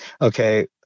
Okay